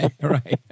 Right